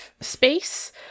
space